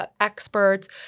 experts